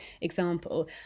example